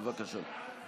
בבקשה.